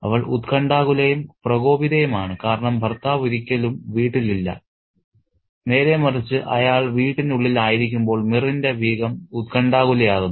അവൾ ഉത്കണ്ഠാകുലയും പ്രകോപിതയുമാണ് കാരണം ഭർത്താവ് ഒരിക്കലും വീട്ടിൽ ഇല്ല നേരെമറിച്ച് അയാൾ വീട്ടിനുള്ളിൽ ആയിരിക്കുമ്പോൾ മിറിന്റെ ബീഗം ഉത്കണ്ഠാകുലയാകുന്നു